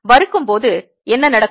வறுக்கும் போது என்ன நடக்கும்